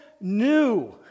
new